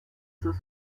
sus